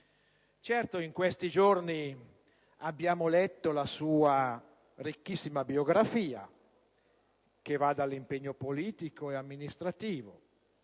noi. In questi giorni abbiamo letto la sua ricchissima biografia, che va dall'impegno politico e amministrativo